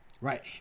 right